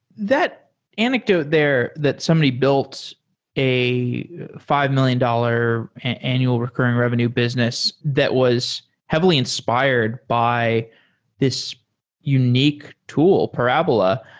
that anecdote there that somebody built a five million dollars annual recurring revenue business, that was heavily inspired by this unique tool, parabola.